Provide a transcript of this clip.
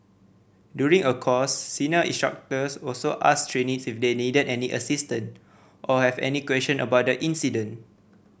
during a course senior instructors also asked trainees if they needed any assistance or have any question about the incident